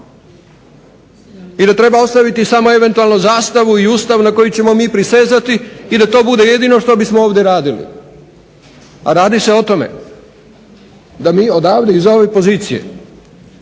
i da treba ostaviti samo eventualno zastavu i Ustav na koji ćemo mi prisezati i da to bude jedino što bismo ovdje radili. A radi se o tome da mi odavde iz ove pozicije